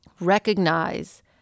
recognize